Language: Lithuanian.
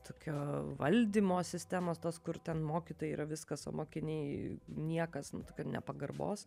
tokio valdymo sistemos tos kur ten mokytojai yra viskas o mokiniai niekas kad nepagarbos